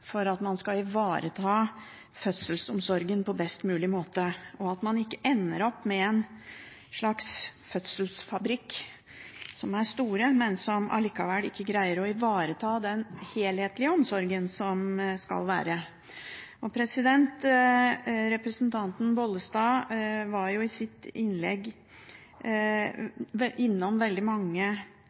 for at man skal ivareta fødselsomsorgen på best mulig måte, slik at man ikke ender opp med en slags fødselsfabrikk, som er stor, men som allikevel ikke greier å ivareta den helhetlige omsorgen. Representanten Bollestad var i sitt innlegg innom veldig mange